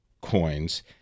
coins